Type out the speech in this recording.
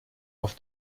auf